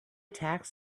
tax